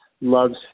loves